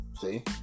See